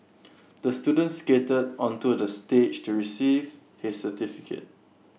the student skated onto the stage to receive his certificate